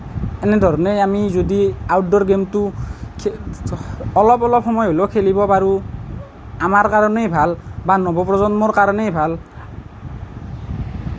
এনেধৰণে আমি যদি আউটডোৰ গেমটো অলপ অলপ সময় হ'লেও খেলিব পাৰোঁ আমাৰ কাৰণেই ভাল বা নৱপ্ৰজন্মৰ কাৰণেই ভাল